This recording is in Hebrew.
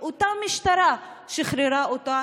אותה משטרה שחררה אותו,